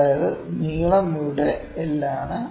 അതായത് നീളം ഇവിടെ L ആണ്